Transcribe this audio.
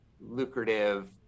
lucrative